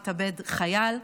התאבד חייל,